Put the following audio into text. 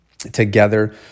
together